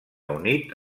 unit